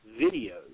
videos